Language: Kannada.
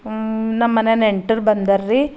ನಮ್ಮ ಮನೆ ನೆಂಟ್ರು ಬಂದಾರ ರೀ